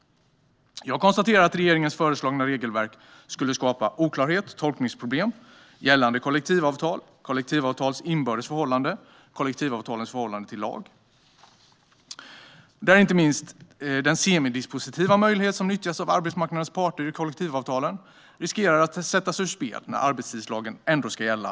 Jag konstaterar att regeringens föreslagna regelverk skulle skapa oklarhet och tolkningsproblem för gällande kollektivavtal, kollektivavtalens inbördes förhållande och kollektivavtalens förhållande till lag. Inte minst riskerar den semidispositiva möjlighet som nyttjas av arbetsmarknadens parter i kollektivavtalen att sättas ur spel när arbetstidslagen ändå ska gälla.